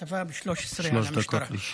לרשותך.